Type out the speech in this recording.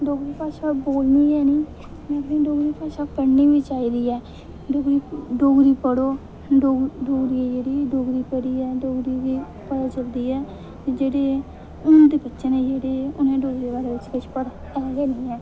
डोगरी भाशा बोलनी गै नेईं डोगरी भाशा पढ़नी बी चाहिदी ऐ डोगरी पढ़ो डोगरी पढ़ियै डोगरी दी पता चलदी ऐ जेहड़ी हून बच्चे न जेह्ड़े उ'नें गी डोगरी दे बारे च किश पता गै नेईं ऐ